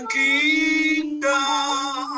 kingdom